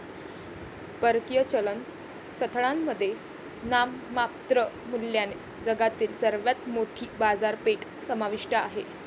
परकीय चलन स्थळांमध्ये नाममात्र मूल्याने जगातील सर्वात मोठी बाजारपेठ समाविष्ट आहे